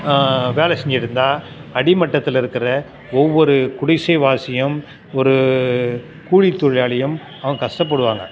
வேலை செஞ்சுட்ருந்தா அடிமட்டத்தில் இருக்கிற ஒவ்வொரு குடிசைவாசியும் ஒரு கூலி தொழிலாளியும் அவங்க கஷ்டப்படுவாங்க